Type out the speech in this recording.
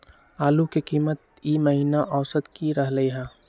आलू के कीमत ई महिना औसत की रहलई ह?